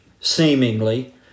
seemingly